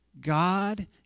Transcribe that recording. God